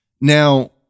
Now